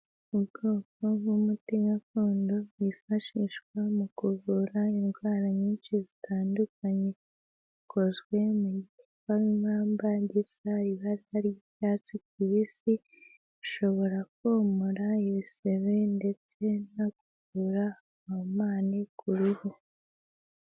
Ubwoko bw'umuti gakondo bwifashishwa mu kuvura indwara nyinshi zitandukanye, ukozwe mu gikakarubamba ndetse hari ibara ry'icyatsi kibisi, ushobora komora ibisebe ndetse no kuvura amahumane ku ruhu.